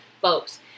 folks